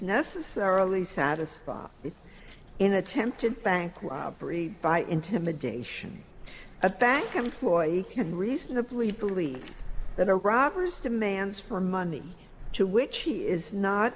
necessarily satisfied with an attempted bank robbery by intimidation a bank employee can reasonably believe that a robber is demands for money to which he is not